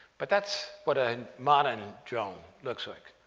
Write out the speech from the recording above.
but that's what a modern drone looks like.